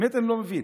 אני באמת לא מבין.